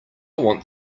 want